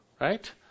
right